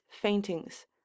faintings